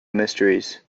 mysteries